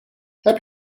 heb